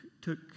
took